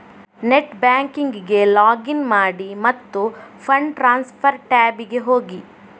net ಬ್ಯಾಂಕಿಂಗಿಗೆ login ಮಾಡಿ ಮತ್ತು ಫಂಡ್ ಟ್ರಾನ್ಸ್ಫರ್ ಟ್ಯಾಬಿಗೆ ಹೋಗಿ